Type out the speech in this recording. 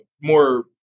more